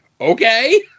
okay